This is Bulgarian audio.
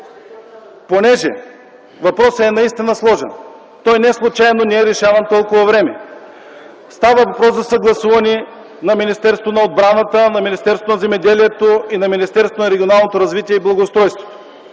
Понеже въпросът наистина е сложен, неслучайно той не е решаван толкова време. Става въпрос за съгласуване на Министерството на отбраната, Министерството на земеделието и храните и Министерството на регионалното развитие и благоустройството.